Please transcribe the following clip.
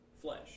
flesh